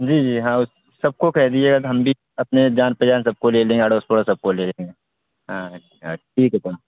جی جی ہاں سب کو کہہ دیجیے گا ہم بھی اپنے جان پہچان سب کو لے لیں گے اڑوس پڑوس سب کو لے لیں گے ہاں ہاں ٹھیک ہے تو